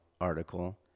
article